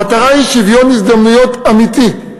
המטרה היא שוויון הזדמנויות אמיתי.